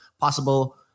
possible